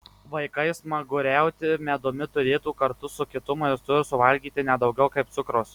vaikai smaguriauti medumi turėtų kartu su kitu maistu ir suvalgyti ne daugiau kaip cukraus